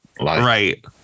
Right